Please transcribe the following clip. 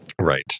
Right